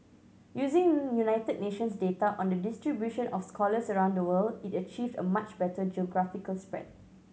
using United Nations data on the distribution of scholars around the world it achieved a much better geographical spread